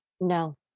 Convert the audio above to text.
No